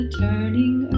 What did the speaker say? turning